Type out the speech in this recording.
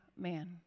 man